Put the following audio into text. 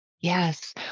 Yes